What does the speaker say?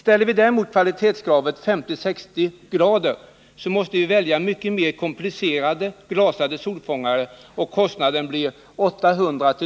Ställer vi kvalitetskravet 50-60”, så måste vi välja mer komplicerade, glasade solfångare, som kostar 800-1